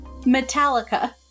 Metallica